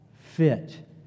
fit